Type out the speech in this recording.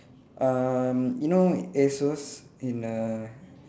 um you know Asos in err